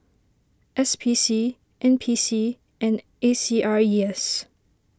S P C N P C and A C R E S